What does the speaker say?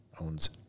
owns